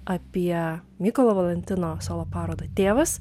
apie mykolo valantino savo parodą tėvas